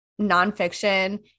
nonfiction